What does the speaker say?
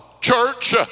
church